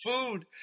food